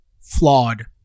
flawed